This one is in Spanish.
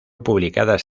publicadas